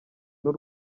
n’u